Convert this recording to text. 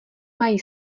mají